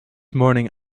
morning